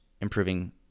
improving